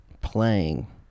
playing